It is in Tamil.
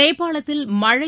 நேபாளத்தில் மழழ